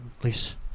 please